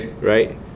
right